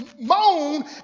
moan